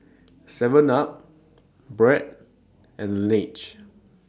Seven up Braun and Laneige